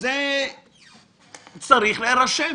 שזה צריך להירשם?